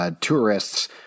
tourists